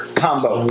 combo